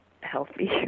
healthy